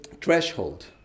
threshold